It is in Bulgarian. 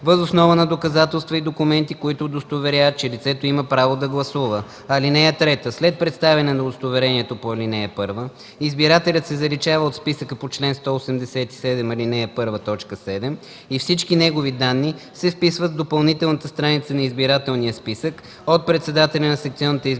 въз основа на доказателства и документи, които удостоверяват, че лицето има право да гласува. (3) След представяне на удостоверението по ал. 1 избирателят се заличава от списъка по чл. 187, ал. 1, т. 7 и всички негови данни се вписват в допълнителната страница на избирателния списък от председателя на секционната избирателна